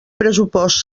pressupost